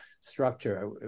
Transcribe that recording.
structure